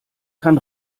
kann